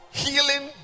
healing